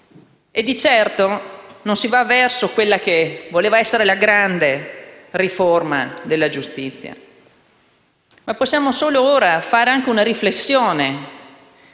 e, di certo, non si va verso quella che doveva essere la "grande riforma della giustizia". Ora possiamo fare una riflessione,